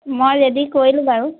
মই ৰেডি কৰিলোঁ বাৰু